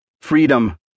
Freedom